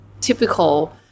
typical